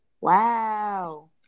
Wow